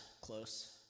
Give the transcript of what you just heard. close